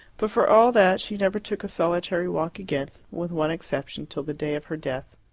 but for all that she never took a solitary walk again, with one exception, till the day of her death.